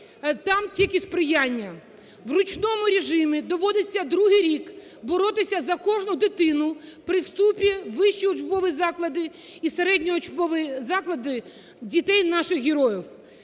там тільки сприяння. В ручному режимі доводиться другий рік боротися за кожну дитину при вступі у вищі учбові заклади і середньо-учбові заклади, дітей наших героїв.